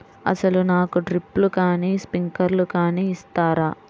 అసలు నాకు డ్రిప్లు కానీ స్ప్రింక్లర్ కానీ ఇస్తారా?